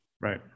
Right